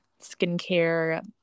skincare